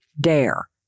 dare